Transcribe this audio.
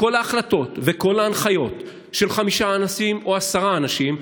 כל ההחלטות וכל ההנחיות של חמישה אנשים או עשרה אנשים,